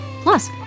Plus